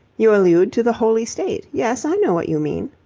you allude to the holy state. yes, i know what you mean.